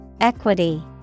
Equity